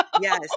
Yes